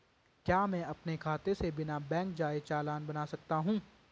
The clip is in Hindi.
क्या मैं अपने खाते से बिना बैंक जाए चालान बना सकता हूँ?